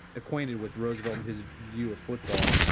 acquainted with roosevelt and his view of football,